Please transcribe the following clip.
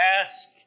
ask